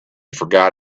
forgot